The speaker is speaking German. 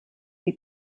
die